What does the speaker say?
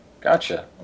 Gotcha